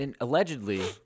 allegedly